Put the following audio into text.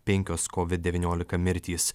penkios kovid devyniolika mirtys